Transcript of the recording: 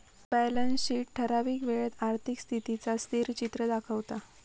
balance sheet ठरावीक वेळेत आर्थिक स्थितीचा स्थिरचित्र दाखवता